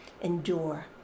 endure